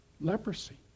leprosy